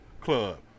club